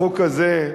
החוק הזה,